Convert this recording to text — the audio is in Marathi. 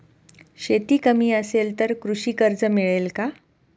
शेती कमी असेल तर कृषी कर्ज मिळेल का?